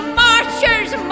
marchers